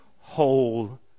whole